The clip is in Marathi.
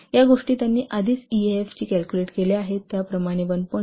तर या गोष्टी त्यांनी आधीच ईएएफ ची कॅल्कुलेट केल्या आहेत त्याप्रमाणे 1